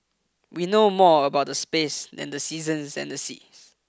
we know more about the space than the seasons and the seas